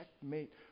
checkmate